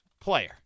player